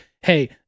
hey